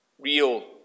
real